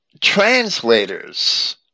translators